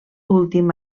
últim